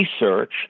research